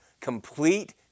Complete